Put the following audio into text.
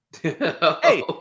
Hey